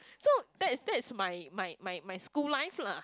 so that's that's my my my school life lah